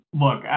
look